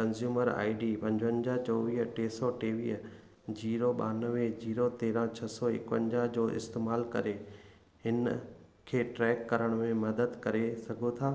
consumer I D पंजवंजाहु चोवीह टे सौ टेवीह ज़ीरो ॿानवे ज़ीरो तेरहं छह एकवंजाहु जो इस्तेमालु करे हिन खे ट्रैक करण में मदद करे सघो था